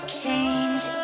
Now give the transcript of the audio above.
change